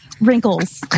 Wrinkles